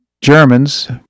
Germans